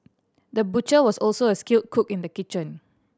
the butcher was also a skilled cook in the kitchen